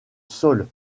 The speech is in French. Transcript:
sol